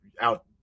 out